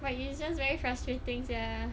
but it's just very frustrating sia